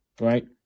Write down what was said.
right